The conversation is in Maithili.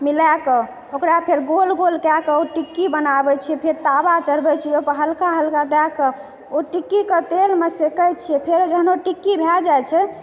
मिलाकऽ ओकरा फेर गोल गोल कए कऽ ओ टिक्की बनाबै छियै फेर तावा चढ़ाबै छियै ओहिपर हल्का हल्का दए कऽ ओ टिक्कीके तेलमे सेकै छियै फेर जहन ओ टिक्की भए जाइ छै